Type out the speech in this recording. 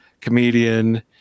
comedian